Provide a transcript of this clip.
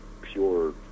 pure